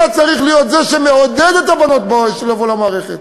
אתה צריך להיות זה שמעודד את הבנות לבוא למערכת,